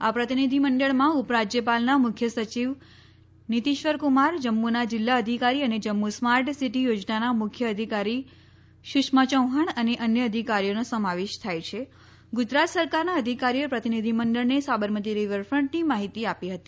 આ પ્રતિનિધિમંડળમાં ઉપરાજ્યપાલના મુખ્ય સચિવ નિતિશ્વરકુમાર જમ્મુના જિલ્લા અધિકારી અને જમ્મુ સ્માર્ટ સિટી યોજનાના મુખ્ય અધિકારી સુષમા ચૌહાણ અને અન્ય અધિકારીઓનો સમાવેશ થાય છાં ગુજરાત સરકારના અધિકારીઓએ પ્રતિનિધિમંડળને સાબરમતી રિવરફ્ટની માહિતી આપી હતી